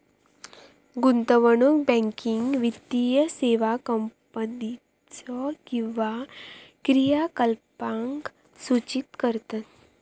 गुंतवणूक बँकिंग वित्तीय सेवा कंपनीच्यो काही क्रियाकलापांक सूचित करतत